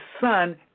son